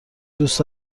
دوست